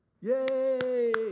Yay